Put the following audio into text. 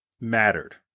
mattered